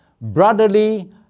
brotherly